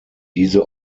diese